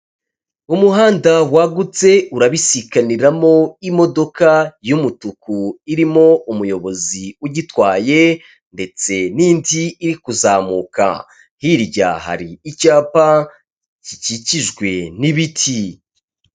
Umuhanda wagutse urabisiganirairamo imodoka y'umutuku irimo umuyobozi ugitwaye, ndetse n'indi iri kuzamuka, hirya hari icyapa gikikijwe n'ibiti.